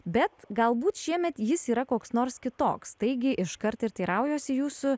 bet galbūt šiemet jis yra koks nors kitoks taigi iškart ir teiraujuosi jūsų